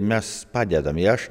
mes padedam ir aš